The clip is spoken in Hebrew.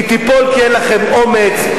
היא תיפול כי אין לכם אומץ,